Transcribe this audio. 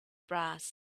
brass